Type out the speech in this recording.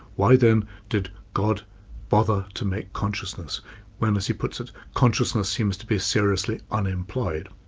why then did god bother to make consciousness when as he puts it consciousness seems to be seriously unemployed?